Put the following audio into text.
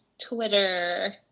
Twitter